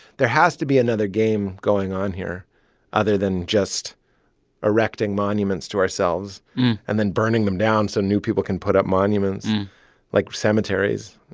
there has to be another game going on here other than just erecting monuments to ourselves and then burning them down so new people can put up monuments like cemeteries.